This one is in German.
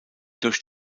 durch